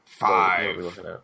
Five